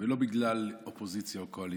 לא בגלל אופוזיציה או קואליציה: